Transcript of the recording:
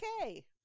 okay